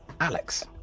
Alex